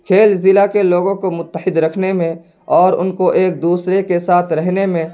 کھیل ضلع کے لوگوں کو متحد رکھنے میں اور ان کو ایک دوسرے کے ساتھ رہنے میں